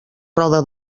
roda